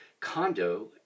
condo